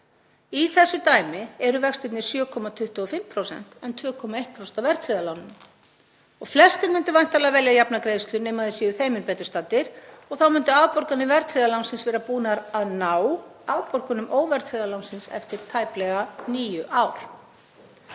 Í þessu dæmi eru vextirnir 7,25% en 2,1% af verðtryggða láninu. Flestir myndu væntanlega velja jafnar greiðslur nema þeir séu þeim mun betur staddir. Þá myndu afborganir verðtryggða lánsins vera búnar að ná afborgunum óverðtryggða lánsins eftir tæplega níu ár.